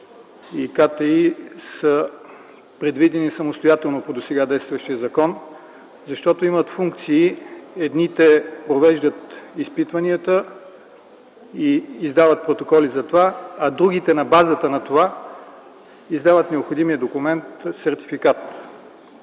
са предвидени самостоятелно по досега действащия закон, защото имат функции – едните, провеждат изпитванията и издават протоколи за това, а другите на базата на това издават необходимия документ – сертификат.